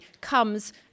comes